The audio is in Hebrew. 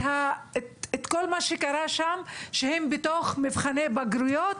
את כל מה שקרה שם, כשהם בתוך מבחני בגרויות,